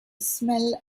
smell